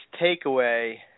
takeaway